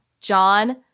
John